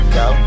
go